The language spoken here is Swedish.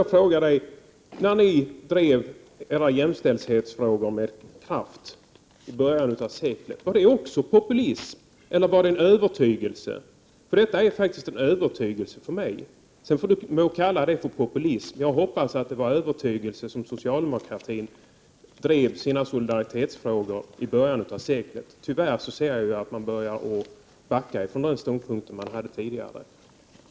Jag vill ställa en fråga: När ni med kraft drev era jämställdhetsfrågor i början av seklet, var också det utslag av populism eller var det uttryck för en övertygelse? Det är faktiskt hos mig fråga om en övertygelse, även om Catarina Rönnung kallar det för populism. Jag hoppas att det var av övertygelse som socialdemokraterna drev sina solidaritetsfrågor i början av seklet. Tyvärr börjar man nu backa från de ståndpunkter man tidigare hade.